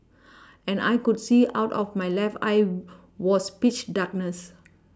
and I could see out of my left eye was pitch darkness